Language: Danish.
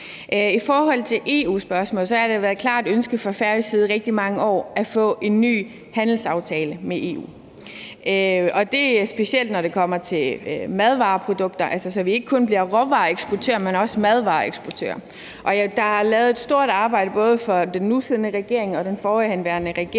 I forhold til EU-spørgsmålet har det jo været et klart ønske fra færøsk side i rigtig mange år at få en ny handelsaftale med EU. Og det er specielt, når det kommer til fødevareprodukter, altså så vi ikke kun bliver råvareeksportører, men også fødevareeksportører. Og der er lavet et stort arbejde, både for den nu siddende regering og den forhenværende regering